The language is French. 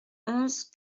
onze